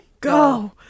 Go